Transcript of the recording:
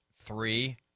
Three